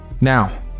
now